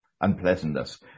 unpleasantness